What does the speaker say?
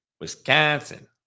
Wisconsin